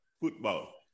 football